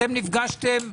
אתם נפגשתם.